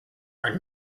are